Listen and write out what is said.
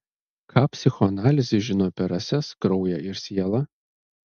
ką psichoanalizė žino apie rases kraują ir sielą